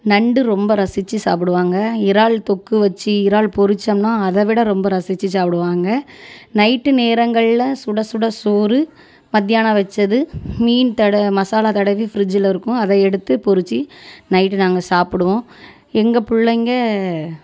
நண்டு ரொம்ப ரசித்து சாப்புடுவாங்க இறால் தொக்கு வச்சி இறால் பொறிச்சோம்னா அதை விட ரொம்ப ரசித்து சாப்புடுவாங்க நைட்டு நேரங்களில் சுட சுட சோறு மத்தியானம் வச்சது மீன் தட மசாலா தடவி ஃப்ரிட்ஜீல் இருக்கும் அதை எடுத்து பொறிச்சி நைட்டு நாங்கள் சாப்புடுவோம் எங்கள் பிள்ளைங்க